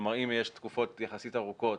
כלומר, אם יש תקופות יחסית ארוכות,